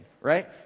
right